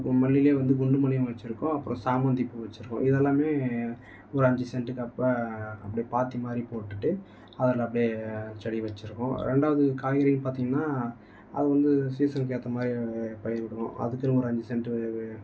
இப்போ மல்லிலேயே வந்து குண்டு மல்லிகைனு ஒன்று வச்சுருக்கோம் அப்புறம் சாமந்தி பூ வச்சுருக்கோம் இதெல்லாமே ஒரு அஞ்சு சென்ட்டுக்கப்போ அப்படியே பாத்தி மாதிரி போட்டுவிட்டு அதில் அப்படியே செடி வச்சுருக்கோம் ரெண்டாவது காய்கறின்னு பார்த்தீங்கனா அது வந்து சீசனுக்கு ஏற்ற மாதிரி பயிர் விடணும் அதுக்குன்னு ஒரு அஞ்சு சென்ட்டு